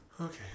Okay